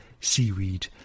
seaweed